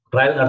Trial